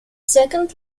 second